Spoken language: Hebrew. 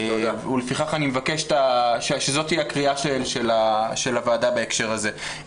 לפיכך אני מבקש שזו תהיה קריאת הוועדה הבקשה הזה.